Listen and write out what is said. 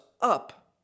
up